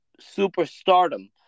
superstardom